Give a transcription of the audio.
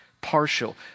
partial